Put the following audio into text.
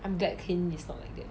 I'm glad kain is not like that